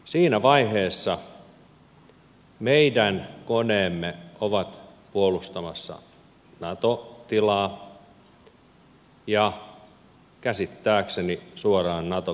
siinä vaiheessa meidän koneemme ovat puolustamassa nato tilaa ja käsittääkseni suoraan naton käskyvallan alla